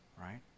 right